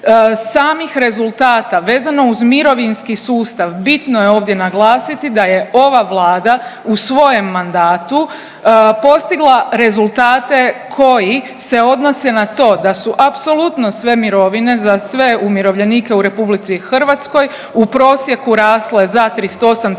samih rezultata vezano uz mirovinski sustav bitno je ovdje naglasiti da je ova Vlada u svojem mandatu postigla rezultate koji se odnose na to da su apsolutno sve mirovine za sve umirovljenike u Republici Hrvatskoj u prosjeku rasle za 38,6%